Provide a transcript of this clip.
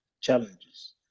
challenges